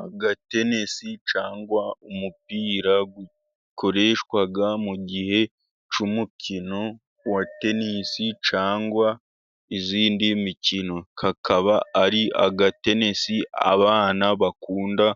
Agatenesi cyangwa umupira ukoreshwa mu gihe cy'umukino wa tenisi, cyangwa indi mikino, kakaba ari agatenesi, abana bakunda